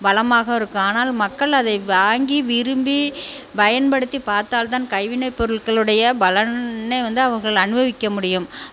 வளமாக இருக்கும் ஆனால் மக்கள் அதை வாங்கி விரும்பி பயன்படுத்தி பார்த்தால்தான் கைவினைப் பொருட்களுடைய பலனே வந்து அவங்கள் அனுபவிக்க முடியும்